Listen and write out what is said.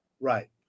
Right